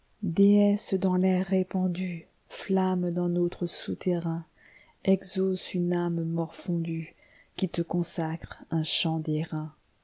déesse dans l'air répandue flamme dans notre souterrain exauce une âme morfondue qui te consacre un chant d'airain